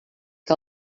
que